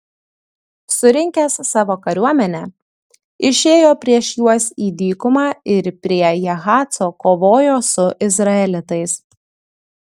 surinkęs savo kariuomenę išėjo prieš juos į dykumą ir prie jahaco kovojo su izraelitais